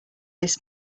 this